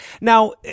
Now